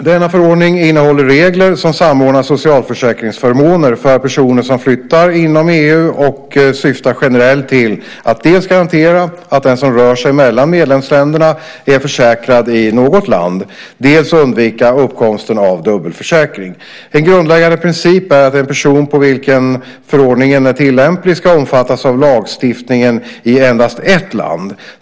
Denna förordning innehåller regler som samordnar socialförsäkringsförmåner för personer som flyttar inom EU och syftar generellt till att dels garantera att den som rör sig mellan medlemsländerna är försäkrad i något land, dels undvika uppkomsten av dubbelförsäkring. En grundläggande princip är att en person på vilken förordningen är tillämplig ska omfattas av lagstiftningen i endast ett land.